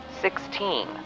sixteen